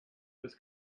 this